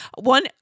one